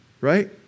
right